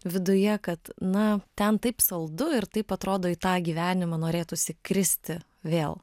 viduje kad na ten taip saldu ir taip atrodo į tą gyvenimą norėtųsi kristi vėl